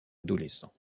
adolescents